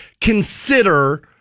consider